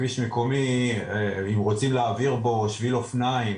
כביש מקומי אם רוצים להעביר בו שביל אופניים